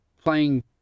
playing